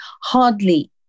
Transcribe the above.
hardly